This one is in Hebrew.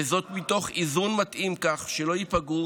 וזאת מתוך איזון מתאים כך שלא ייפגעו